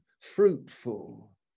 fruitful